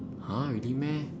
!huh! really meh